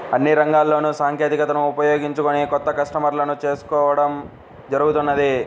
అన్ని రంగాల్లోనూ సాంకేతికతను ఉపయోగించుకొని కొత్త కస్టమర్లను చేరుకోవడం జరుగుతున్నది